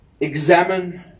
Examine